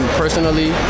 personally